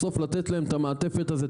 בסוף לתת להם את המעטפת הזו,